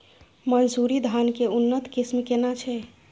मानसुरी धान के उन्नत किस्म केना छै?